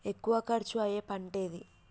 ఎక్కువ ఖర్చు అయ్యే పంటేది?